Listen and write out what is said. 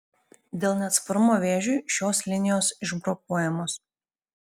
dėl neatsparumo vėžiui šios linijos išbrokuojamos